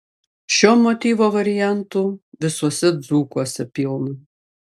šio motyvo variantų visuose dzūkuose pilna